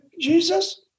Jesus